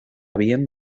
bien